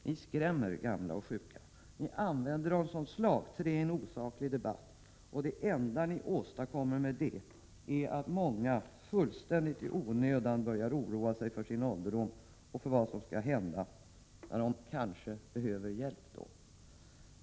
Ni skrämmer gamla och sjuka, ni använder dem som slagträ i en osaklig debatt, och det enda ni åstadkommer med det är att många fullständigt i onödan börjar oroa sig för sin ålderdom och för vad som skall hända när de då kanske behöver hjälp.